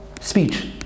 speech